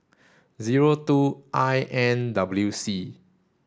zero two I N W C